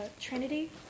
trinity